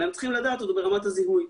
אלא הם צריכים לדעת אותו ברמת הזיהוי.